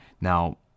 Now